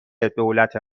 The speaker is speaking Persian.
دولت